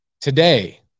Today